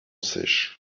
sèches